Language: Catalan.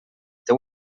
teu